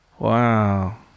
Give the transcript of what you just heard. Wow